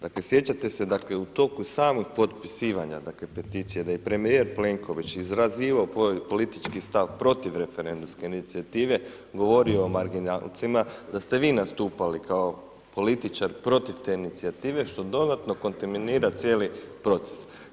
Dakle, sjećate se dakle, u toku samih potpisivanja peticije da je i premjer Plenković, izrezivao politički stav protiv referendumske inicijative, govorio o marginalnima, da ste vi nastupali kao političar protiv te inicijative, što dodatno kontaminira cijeli proces.